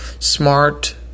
Smart